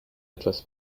etwas